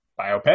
biopic